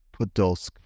Podolsk